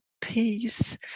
peace